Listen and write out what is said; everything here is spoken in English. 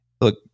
look